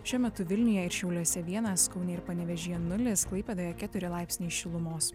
šiuo metu vilniuje ir šiauliuose vienas kaune ir panevėžyje nulis klaipėdoje keturi laipsniai šilumos